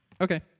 okay